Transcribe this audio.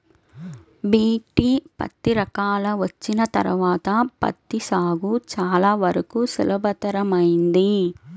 BT పత్తి రకాలు వచ్చిన తర్వాత పత్తి సాగు చాలా వరకు సులభతరమైంది